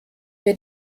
wir